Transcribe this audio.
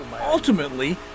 Ultimately